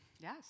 Yes